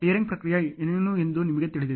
tearing ಪ್ರಕ್ರಿಯೆ ಏನು ಎಂದು ನಿಮಗೆ ತಿಳಿದಿದೆ